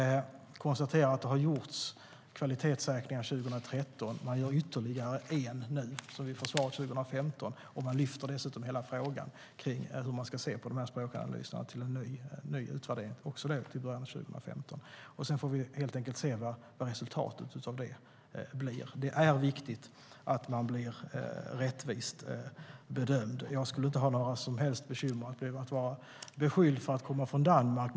Jag konstaterar att det gjordes kvalitetssäkringar 2013 och att man gör ytterligare en nu som vi får svar på 2015. Man lyfter dessutom upp hela frågan om hur man ska se på språkanalyserna till en ny utvärdering, också till i början av 2015.Sedan får vi se vad resultatet blir. Det är viktigt att man blir rättvist bedömd. Jag skulle inte ha några som helst bekymmer med att bli beskylld för att komma från Danmark.